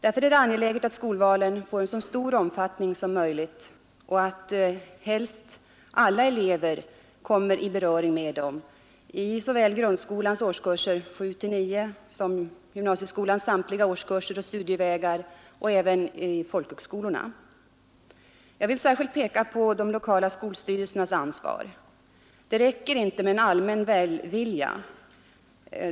Därför är det angeläget att skolvalen får så stor omfattning som möjligt och att helst alla elever kommer i beröring med dem i såväl grundskolans årskurser 7—9 som gymnasieskolans samtliga årskurser och studievägar och även vid folkhögskolorna. Jag vill särskilt peka på de lokala skolstyrelsernas ans inte med en allmän välvilja.